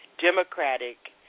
Democratic